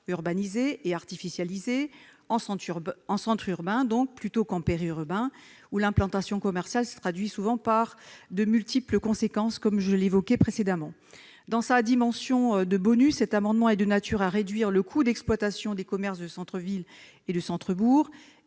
urbanisés et artificialisés, en centres urbains, plutôt qu'en périurbain, où l'implantation commerciale a souvent les multiples conséquences que j'ai évoquées précédemment. Le bonus que tend à prévoir cet amendement est de nature à réduire le coût d'exploitation des commerces de centres-villes et de centres-bourgs,